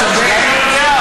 אתה צודק.